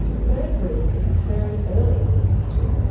bird breeding is occurring earlier than it used to,